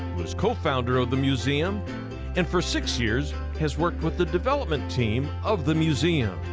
who is co-founder of the museum and for six years has worked with the development team of the museum,